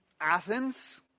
Athens